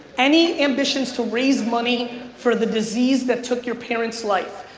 any ambitions to raise money for the disease that took your parent's life,